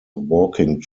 walking